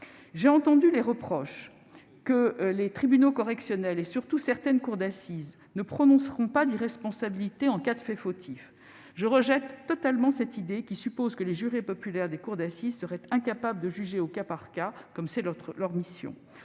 On nous reproche que les tribunaux correctionnels, et, surtout, certaines cours d'assises ne prononceront pas l'irresponsabilité pénale en cas de fait fautif. Je rejette totalement cette idée qui suppose que les jurés populaires des cours d'assises seraient incapables de juger au cas par cas, ce qui est leur mission.